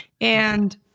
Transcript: And-